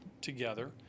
together